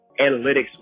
analytics